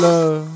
Love